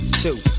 two